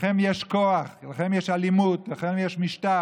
לכם יש כוח, לכם יש אלימות, לכם יש משטר.